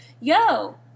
yo